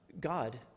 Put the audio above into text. God